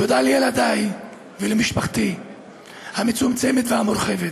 תודה לילדיי ולמשפחתי המצומצמת והמורחבת.